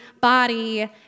body